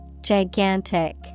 Gigantic